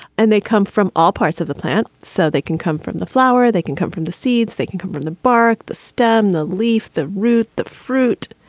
and they come from all parts of the plant. so they can come from the flower. they can come from the seeds. they can come from the bark. the stem, the leaf, the root, the fruit.